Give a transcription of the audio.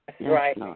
right